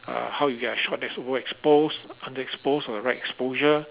uh how you get a shot that's overexposed underexposed at the right exposure